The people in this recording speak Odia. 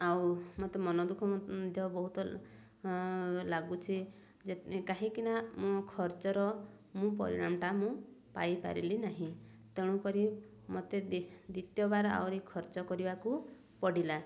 ଆଉ ମତେ ମନ ଦୁଃଖ ମଧ୍ୟ ବହୁତ ଲାଗୁଛି କାହିଁକିନା ମୋ ଖର୍ଚ୍ଚର ମୁଁ ପରିଣାମଟା ମୁଁ ପାଇପାରିଲି ନାହିଁ ତେଣୁକରି ମୋତେ ଦ୍ୱିତୀୟ ବାର ଆହୁରି ଖର୍ଚ୍ଚ କରିବାକୁ ପଡ଼ିଲା